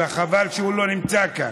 וחבל שהוא לא נמצא כאן.